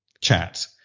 chat